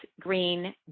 green